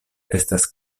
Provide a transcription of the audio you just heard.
estas